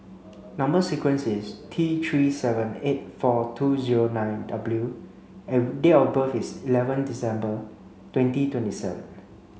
number sequence is T three seven eight four two zero nine W and date of birth is eleven December twenty twenty seven